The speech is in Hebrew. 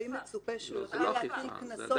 אם מצופה שהוא יכול להטיל קנסות על כל מי שנמצא שם או שלא.